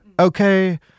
okay